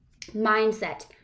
mindset